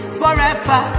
forever